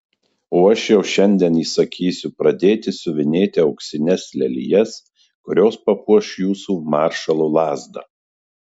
o aš jau šiandien įsakysiu pradėti siuvinėti auksines lelijas kurios papuoš jūsų maršalo lazdą